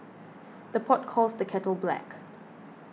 the pot calls the kettle black